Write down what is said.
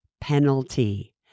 penalty